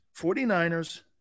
49ers